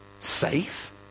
Safe